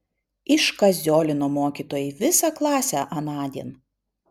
iškaziolino mokytojai visą klasę anądien